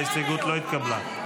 ההסתייגות לא התקבלה.